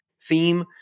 theme